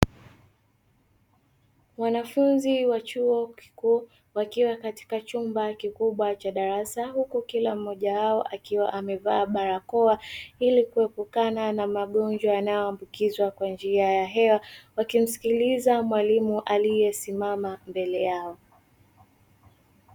Wanafunzi wa chuo kikuu wakiwa katika chumba kikubwa cha darasa huku kila mmoja wao akiwa amevaa barakoa ili kuepukana na magonjwa yanayoambukizwa kwa njia ya hewa, wakimsikiliza mwalimu aliyesimama mbele yao.